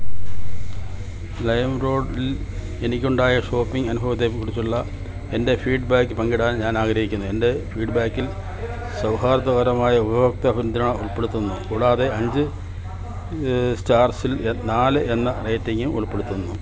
lime റോഡിൽ ഇൽ എനിക്കുണ്ടായ ഷോപ്പിംഗ് അനുഭവത്തെക്കുറിച്ചുള്ള എൻ്റെ ഫീഡ്ബാക്ക് പങ്കിടാൻ ഞാൻ ആഗ്രഹിക്കുന്നു എൻ്റെ ഫീഡ്ബാക്കിൽ സൗഹാർദ്ദപരമായ ഉപഭോക്തൃ പിന്തുണ ഉൾപ്പെടുന്നു കൂടാതെ അഞ്ച് സ്റ്റാർസിൽ നാല് എന്ന റേറ്റിംഗും ഉൾപ്പെടുത്തുന്നു